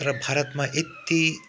र भारतमा यति